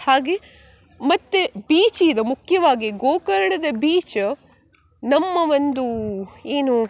ಹಾಗೆ ಮತ್ತು ಬೀಚ್ ಇದೆ ಮುಖ್ಯವಾಗಿ ಗೋಕರ್ಣದ ಬೀಚ ನಮ್ಮ ಒಂದು ಏನು